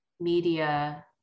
media